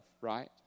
right